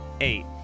eight